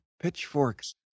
pitchforks